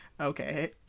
okay